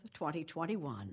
2021